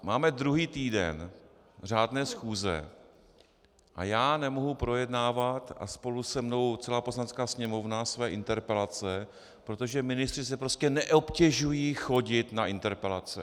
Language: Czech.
Máme druhý týden řádné schůze a já nemohu projednávat, a spolu se mnou celá Poslanecká sněmovna, své interpelace, protože ministři se prostě neobtěžují chodit na interpelace.